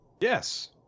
yes